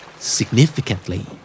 Significantly